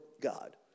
God